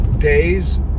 Days